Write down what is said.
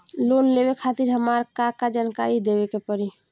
Loan लेवे खातिर हमार का का जानकारी देवे के पड़ी?